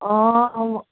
অ অ